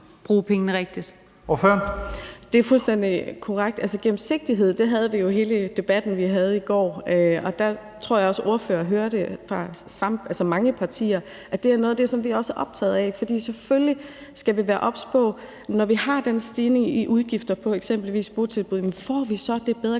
Sara Emil Baaring (S): Det er fuldstændig korrekt. Altså, gennemsigtighed havde vi jo om i debatten i går, og der tror jeg også, at ordføreren hørte fra mange partier, at det er noget af det, som vi også er optagede af. For selvfølgelig skal vi være obs på, om vi, når vi har den stigning i udgifter på eksempelvis botilbud, så får den bedre